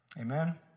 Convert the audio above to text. Amen